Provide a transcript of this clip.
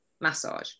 massage